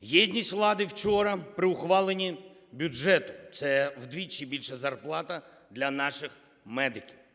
Єдність влади вчора при ухваленні бюджету – це вдвічі більше зарплата для наших медиків.